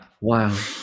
Wow